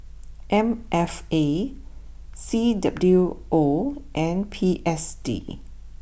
M F A C W O and P S D